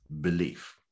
belief